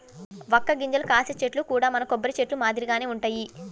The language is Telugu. వక్క గింజలు కాసే చెట్లు కూడా మన కొబ్బరి చెట్లు మాదిరిగానే వుంటయ్యి